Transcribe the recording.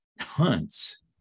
hunts